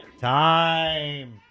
Time